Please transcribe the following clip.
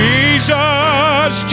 Jesus